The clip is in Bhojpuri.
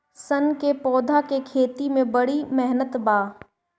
सन क पौधा के खेती में बड़ी मेहनत बा